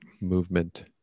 movement